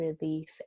relief